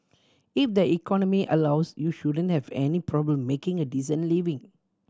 if the economy allows you shouldn't have any problem making a decent living